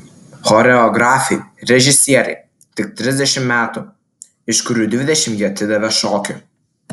choreografei režisierei tik trisdešimt metų iš kurių dvidešimt ji atidavė šokiui